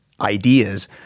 ideas